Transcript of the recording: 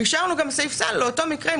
והשארנו גם סעיף סל לאותו מקרה עם